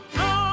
no